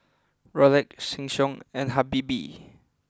Rolex Sheng Siong and Habibie